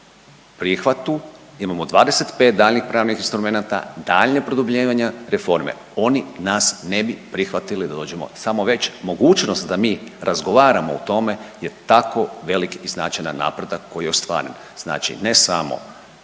prihvatu imamo 25 daljnjih pravnih instrumenata, daljnjeg produbljivanja reforme. Oni nas ne bi prihvatili da dođemo, samo već mogućnost da mi razgovaramo o tome je tako velik i značajan napredak koji je ostvaren. Znači ne samo